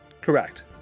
Correct